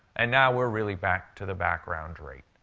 and now we're really back to the background rate.